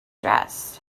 dressed